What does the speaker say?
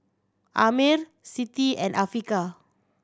Ammir Siti and Afiqah